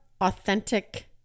authentic